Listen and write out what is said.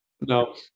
No